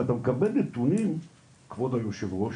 אתה מקבל נתונים כבוד היו"ר,